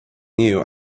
new